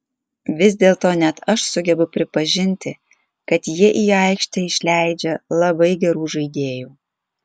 vis dėlto net aš sugebu pripažinti kad jie į aikštę išleidžia labai gerų žaidėjų